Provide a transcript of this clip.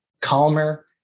calmer